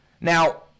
Now